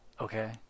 okay